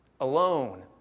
Alone